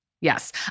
Yes